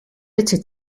bitter